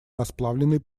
расплавленной